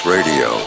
Radio